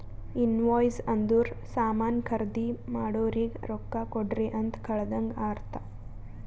invoice ಅಂದುರ್ ಸಾಮಾನ್ ಖರ್ದಿ ಮಾಡೋರಿಗ ರೊಕ್ಕಾ ಕೊಡ್ರಿ ಅಂತ್ ಕಳದಂಗ ಅರ್ಥ